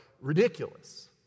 ridiculous